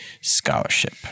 scholarship